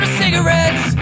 cigarettes